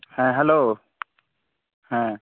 ᱦᱮᱸ ᱦᱮᱞᱳ ᱦᱮᱸ